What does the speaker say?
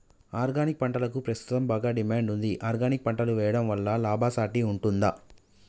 Organic పంటలకు ప్రస్తుతం బాగా డిమాండ్ ఉంది ఆర్గానిక్ పంటలు వేయడం వల్ల లాభసాటి ఉంటుందా?